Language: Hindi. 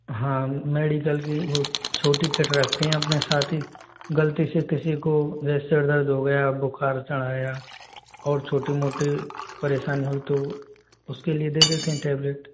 हाँ मेडिकल भी वो छोटी किट रखते हैं अपने साथ ही ग़लती से किसी को जैसे सर दर्द हो गया बुख़ार चढ़ आया और छोटी मोटी परेशानी हुई तो उसके लिए दे देते हैं टैबलेट